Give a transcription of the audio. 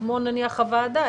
כמו נניח הוועדה,